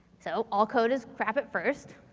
so, all code is crap at first.